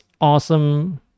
awesome